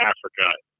Africa